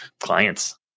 clients